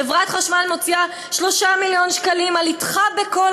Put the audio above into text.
חברת החשמל מוציאה 3 מיליון שקלים על "אתך בכל